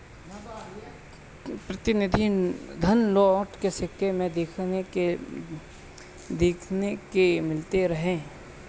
प्रतिनिधि धन नोट, सिक्का में देखे के मिलत रहे